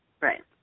Right